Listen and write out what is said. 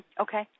Okay